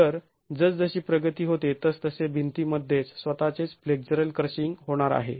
तर जसजशी प्रगती होते तसतसे भिंतीमध्येच स्वतःचेच फ्लेक्झरल क्रशिंग होणार आहे